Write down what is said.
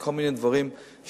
יש כל מיני דברים שדנים.